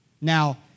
Now